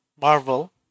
Marvel